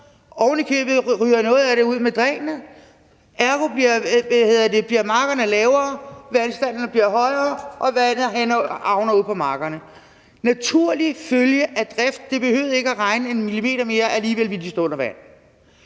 noget af det ryger oven i købet ud med drænet, og ergo bliver markerne lavere, vandstanden bliver højere, og vandet havner ude på markerne. Det er en naturlig følge af drift. Det behøvede ikke at regne en millimeter mere, alligevel ville de stå under vand.